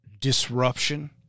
disruption